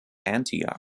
antioch